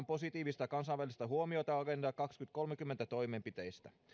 positiivista kansainvälistä huomiota agenda kaksituhattakolmekymmentä toimenpiteistään